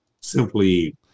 simply